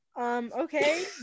Okay